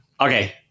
Okay